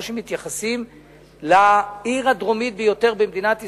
שמתייחסים לעיר הדרומית ביותר במדינת ישראל,